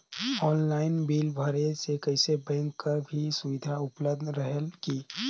Online bill भरे से कइसे बैंक कर भी सुविधा उपलब्ध रेहेल की?